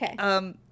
Okay